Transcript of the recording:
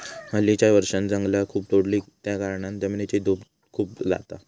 हल्लीच्या वर्षांत जंगला खूप तोडली त्याकारणान जमिनीची धूप खूप जाता